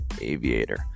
aviator